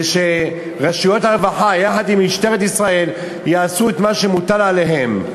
ושרשויות הרווחה יחד עם משטרת ישראל יעשו את מה שמוטל עליהם.